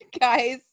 Guys